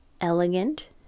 elegant